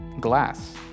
glass